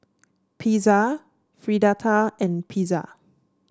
Pizza Fritada and Pizza